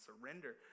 surrender